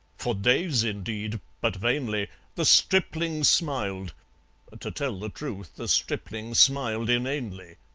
for days, indeed, but vainly the stripling smiled to tell the truth, the stripling smiled inanely.